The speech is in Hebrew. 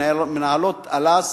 מנהלות אל"ס,